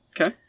Okay